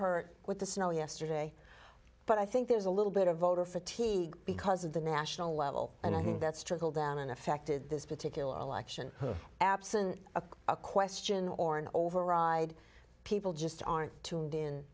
hurt with the snow yesterday but i think there's a little bit of a or fatigue because of the national level i don't think that's trickled down and effected this particular election absent a question or an override people just aren't tuned in